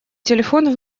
телефон